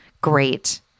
Great